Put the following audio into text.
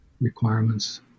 requirements